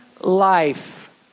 life